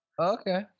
Okay